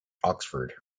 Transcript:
oxford